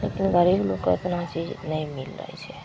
गरीब लोकके ओतना चीज नहि मिलै छै